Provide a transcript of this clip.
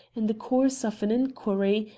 in the course of an inquiry,